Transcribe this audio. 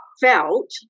felt